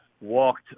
walked